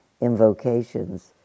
invocations